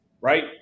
right